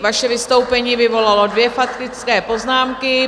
Vaše vystoupení vyvolalo dvě faktické poznámky.